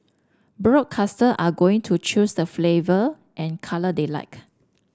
broadcaster are going to choose the flavour and colour they like